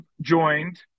joined